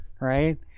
right